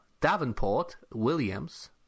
Davenport-Williams